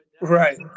Right